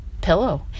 pillow